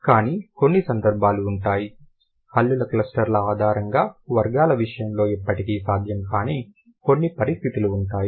కానీ కొన్ని సందర్భాలు ఉంటాయి హల్లుల క్లస్టర్ల ఆధారంగా వర్గాల విషయంలో ఎప్పటికీ సాధ్యం కాని కొన్ని పరిస్థితులు ఉంటాయి